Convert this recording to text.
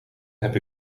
heb